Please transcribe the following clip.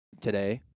today